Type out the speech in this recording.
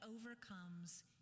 overcomes